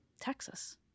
Texas